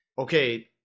okay